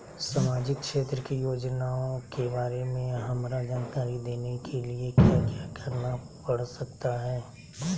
सामाजिक क्षेत्र की योजनाओं के बारे में हमरा जानकारी देने के लिए क्या क्या करना पड़ सकता है?